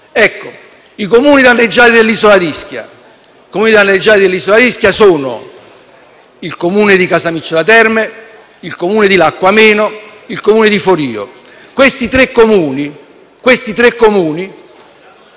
I Comuni danneggiati dell’isola d’Ischia sono il Comune di Casamicciola Terme, il Comune di Lacco Ameno e il Comune di Forio. Questi tre Comuni,